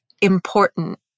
important